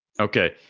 Okay